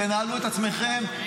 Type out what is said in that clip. תנהלו את עצמכם,